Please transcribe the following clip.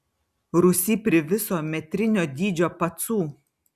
rūsy priviso metrinio dydžio pacų